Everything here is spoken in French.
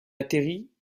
atterrit